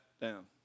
down